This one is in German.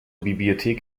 bibliothek